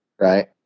right